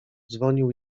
dzwonił